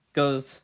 goes